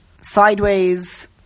sideways